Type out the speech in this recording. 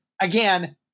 Again